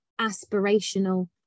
aspirational